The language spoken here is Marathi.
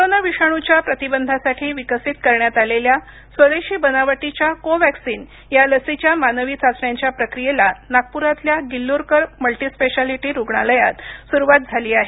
कोरोना विषाणूच्या प्रतिबंधासाठी विकसित करण्यात आलेल्या स्वदेशी बनावटीच्या कोवॅक्सिन या लसीच्या मानवी चाचण्यांच्या प्रक्रियेला नागपुरातल्या गिल्लुरकर मल्टिस्पेशालिटी रुग्णालयात सुरुवात झाली आहे